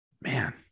man